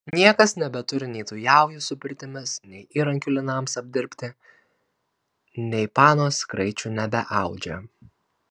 niekas nebeturi nei tų jaujų su pirtimis nei įrankių linams apdirbti nei panos kraičių nebeaudžia